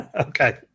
Okay